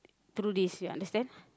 through this you understand